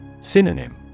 Synonym